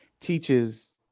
teaches